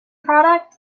product